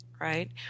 right